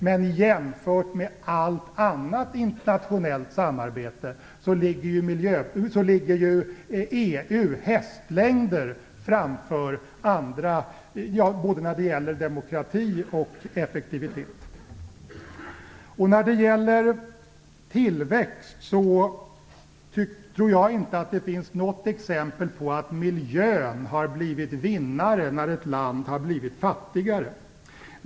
Men jämfört med allt annat internationellt samarbete ligger EU hästlängder framför andra både när det gäller demokrati och effektivitet. När det gäller tillväxt tror jag inte att det finns något exempel på att miljön har blivit vinnare när ett land har blivit fattigare.